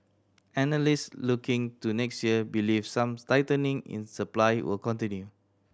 analysts looking to next year believe some tightening in supply will continue